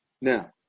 Now